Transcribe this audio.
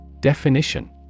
Definition